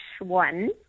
one